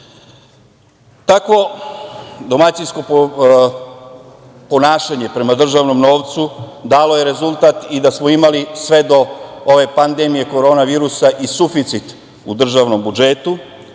domaćinsko ponašanje prema državnom novcu dalo je rezultat i da smo imali sve do ove pandemije korona virusa i suficit u državnom budžetu,